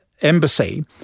embassy